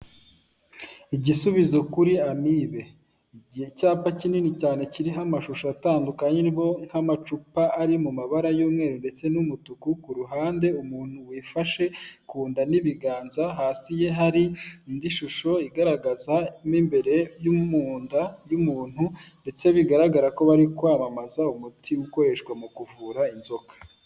Igisubizo kuri amibe, igihe icyapa kinini cyane kiriho amashusho atandukanye ni nk'amacupa ari mu mabara y'umweru ndetse n'umutuku ku ruhande umuntu wifashe ku nda n'ibiganza, hasi ye hari indi shusho igaragazamo imbere y' mu nda y'umuntu ndetse bigaragara ko bari kwamamaza umuti ukoreshwa mu kuvura inzoka.